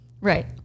Right